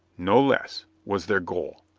no less, was their goal,